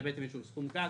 זה אישור סכום גג.